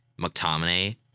McTominay